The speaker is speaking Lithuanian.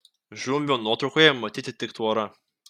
žumbio nuotraukoje matyti tik tvora